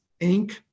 Inc